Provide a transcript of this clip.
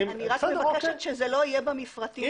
אני רק מבקשת שזה לא יהיה במפרטים האחידים.